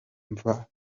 mva